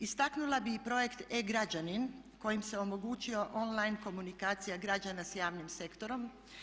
Istaknula bih i projekt e-građanin kojim se omogućio online komunikacija građana s javnim sektorom.